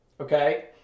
Okay